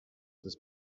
this